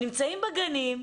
שנמצאים בגנים,